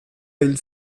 hil